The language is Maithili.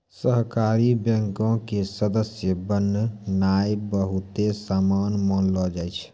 सहकारी बैंको के सदस्य बननाय बहुते असान मानलो जाय छै